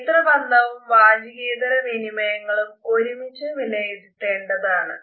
നേത്രബന്ധവും വാചികേതര വിനിമയങ്ങളും ഒരുമിച്ച് വിലയിരുത്തേണ്ടതാണ്